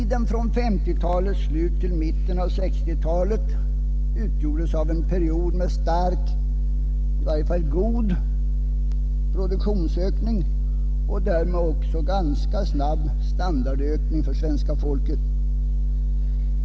Tiden från 1950-talets slut till mitten av 1960-talet utgjordes av en period med stark, i varje fall god, produktionsökning och därmed också snabb standardökning för svenska folket.